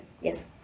Yes